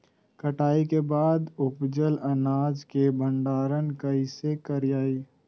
कटाई के बाद उपजल अनाज के भंडारण कइसे करियई?